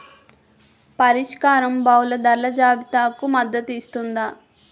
పరిష్కారం బహుళ ధరల జాబితాలకు మద్దతు ఇస్తుందా?